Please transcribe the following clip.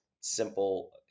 simple